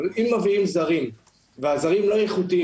אם מביאים זרים והזרים לא איכותיים,